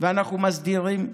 ואנחנו מסדירים.